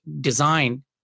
design